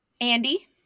Andy